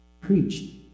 preached